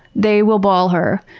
they will ball her.